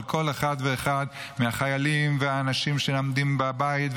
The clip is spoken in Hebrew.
כל אחד ואחד מהחיילים והאנשים שלומדים בבית,